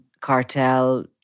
Cartel